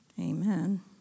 Amen